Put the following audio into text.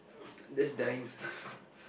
that's dying